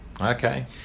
Okay